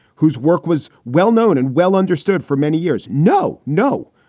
whose work was well-known and well understood for many years? no. no.